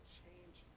change